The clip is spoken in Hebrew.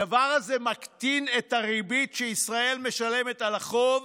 הדבר הזה מקטין את הריבית שישראל משלמת על החוב